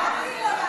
אמרתי לו למה.